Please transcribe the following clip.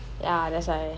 ya that's why